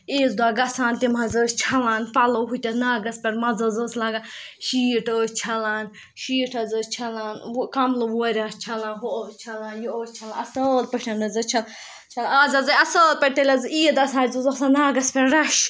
عیٖذ دۄہ گژھان تِم حظ ٲسۍ چھَلان پَلو ہُتٮ۪تھ ناگَس پٮ۪ٹھ مَزٕ حظ اوس لگان شیٖٹ ٲسۍ چھَلان شیٖٹ حظ ٲسۍ چھَلان کَملہٕ وورِ آس چھَلان ہُہ اوس چھَلان یہِ اوس چھَلان اَصٕل پٲٹھۍ حظ ٲس چھَلان اَز حظ آے اَصٕل پٲٹھۍ تیٚلہِ حظ عیٖد آسان اَسہِ اوس آسان ناگَس پٮ۪ٹھ رَش